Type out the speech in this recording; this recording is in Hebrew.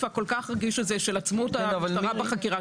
הסעיף הכול כך רגיש הזה של עצמאות המשטרה בחקירה.